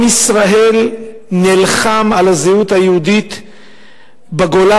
עם ישראל נלחם על הזהות היהודית בגולה